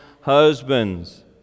husbands